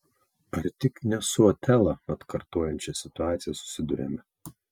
ar tik ne su otelą atkartojančia situacija susiduriame